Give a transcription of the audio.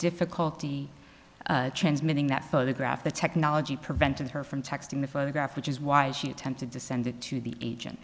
difficulty transmitting that photograph the technology prevented her from texting the photograph which is why she attempted to send it to the agent